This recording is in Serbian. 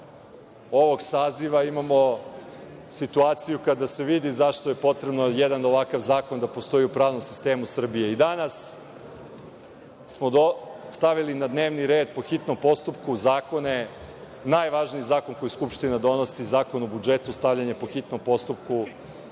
ovog saziva imamo situaciju kada se vidi zašto je potrebno da postoji jedan ovakav zakon, da postoji u pravnom sistemu Srbije. Danas smo stavili na dnevni red, po hitnom postupku, zakone, najvažniji zakon koji Skupština donosi, Zakon o budžetu, stavljen je po hitnom postupku. Dva